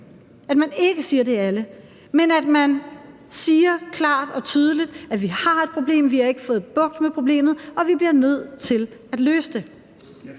at man ikke siger, det er alle – men at man klart og tydeligt siger, at vi har et problem, at vi ikke har fået bugt med problemet, og at vi bliver nødt til at løse det?